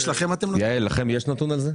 שירה, יש לכם נתון על זה?